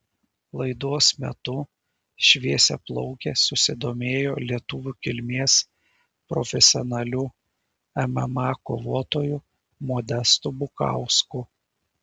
laidos metu šviesiaplaukė susidomėjo lietuvių kilmės profesionaliu mma kovotoju modestu bukausku